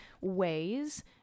ways